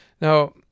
Now